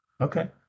Okay